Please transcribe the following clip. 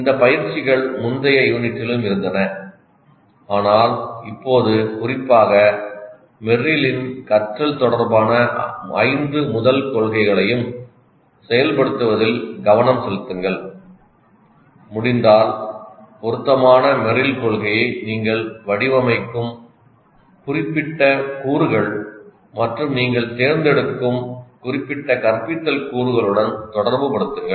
இந்த பயிற்சிகள் முந்தைய யூனிட்டிலும் இருந்தன ஆனால் இப்போது குறிப்பாக மெர்ரிலின் கற்றல் தொடர்பான ஐந்து முதல் கொள்கைகளையும் செயல்படுத்துவதில் கவனம் செலுத்துங்கள் முடிந்தால் பொருத்தமான மெர்ரில் கொள்கையை நீங்கள் வடிவமைக்கும் குறிப்பிட்ட கூறுகள் மற்றும் நீங்கள் தேர்ந்தெடுக்கும் குறிப்பிட்ட கற்பித்தல் கூறுகளுடன் தொடர்புபடுத்துங்கள்